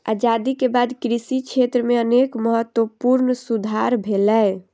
आजादी के बाद कृषि क्षेत्र मे अनेक महत्वपूर्ण सुधार भेलैए